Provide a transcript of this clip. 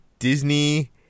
Disney